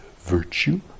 virtue